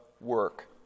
work